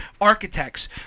Architects